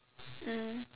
mm